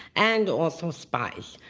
and also spies.